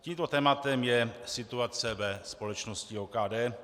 Tímto tématem je situace ve společnosti OKD.